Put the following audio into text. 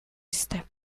step